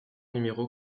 numéro